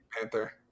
Panther